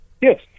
yes